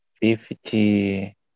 fifty